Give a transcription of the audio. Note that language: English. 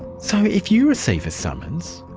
so if you receive a summons,